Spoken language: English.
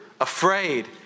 afraid